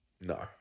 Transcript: no